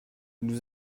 nous